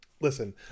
Listen